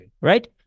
Right